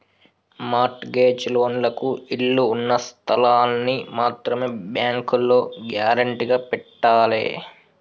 mart gauge లోన్లకు ఇళ్ళు ఉన్న స్థలాల్ని మాత్రమే బ్యేంకులో గ్యేరంటీగా పెట్టాలే